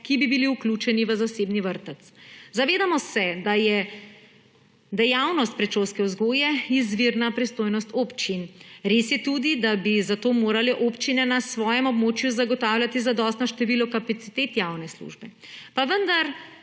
ki bi bili vključeni v zasebni vrtec. Zavedamo se, da je dejavnost predšolske vzgoje izvirna pristojnost občin. Res je tudi, da bi zato morale občine na svojem območju zagotavljati zadostno število kapacitet javne službe. Pa vendar